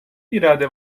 irade